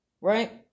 Right